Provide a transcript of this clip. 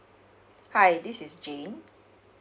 hi this is jane